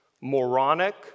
moronic